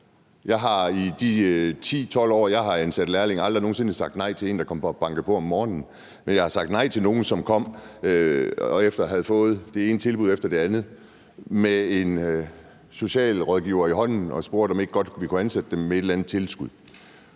Jeg har i de 10-12 år, jeg har ansat lærlinge, aldrig nogen sinde sagt nej til en, der kom og bankede på om morgenen, men jeg har sagt nej til nogen, som kom efter at have fået det ene tilbud efter det andet med en socialrådgiver i hånden og spurgte, om ikke godt kunne vi kunne ansætte dem med et eller andet tilskud.